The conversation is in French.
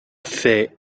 fait